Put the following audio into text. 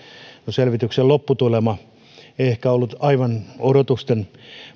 selvityksen lopputulema ei ehkä ollut aivan odotusten